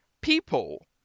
people